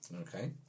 okay